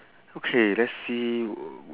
okay let's see w~